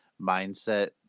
mindset